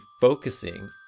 focusing